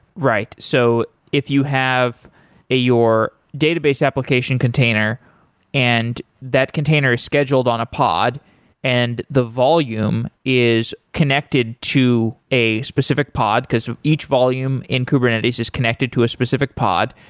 right. so if you have your database application container and that container is scheduled on a pod and the volume is connected to a specific pod, because each volume in kubernetes is connected to a specific pod,